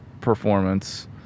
performance